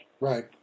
Right